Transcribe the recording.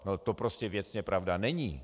To prostě věcně pravda není.